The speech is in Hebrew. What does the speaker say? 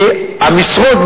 כי המשרות,